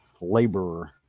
laborer